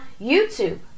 YouTube